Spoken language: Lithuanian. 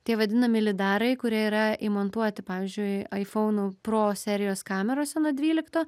tie vadinami lidarai kurie yra įmontuoti pavyzdžiui aifounų pro serijos kamerose nuo dvylikto